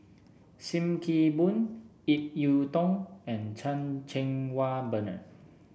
Sim Kee Boon Ip Yiu Tung and Chan Cheng Wah Bernard